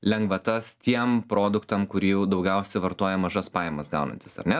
lengvatas tiem produktam kurių daugiausia vartoja mažas pajamas gaunantys ar ne